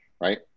right